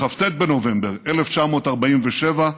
בכ"ט בנובמבר 1947,